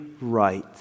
right